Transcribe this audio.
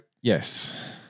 yes